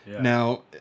Now